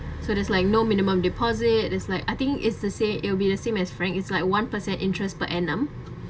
so there's like no minimum deposit it's like I think it's the same it will be the same as frank it's like one-per cent interest per annum